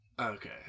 Okay